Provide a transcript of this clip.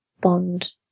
Bond